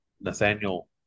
Nathaniel